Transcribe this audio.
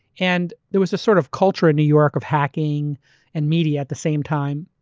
and there was a sort of culture in new york of hacking and media at the same time.